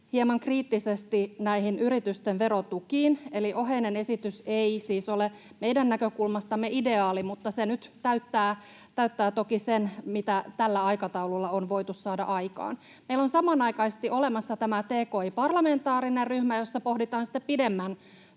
hieman kriittisesti näihin yritysten verotukiin, eli oheinen esitys ei siis ole meidän näkökulmastamme ideaali, mutta se nyt täyttää toki sen, mitä tällä aikataululla on voitu saada aikaan. Meillä on samanaikaisesti olemassa tämä parlamentaarinen tki-ryhmä, jossa pohditaan pidemmän